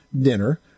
dinner